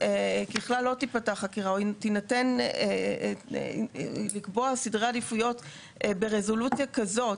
ככלל לא תיפתח חקירה או יינתן לקבוע סדרי עדיפויות ברזולוציה כזאת